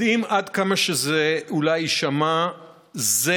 עד כמה שזה אולי יישמע מדהים,